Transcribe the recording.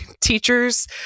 Teachers